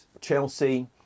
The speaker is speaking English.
Chelsea